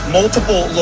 multiple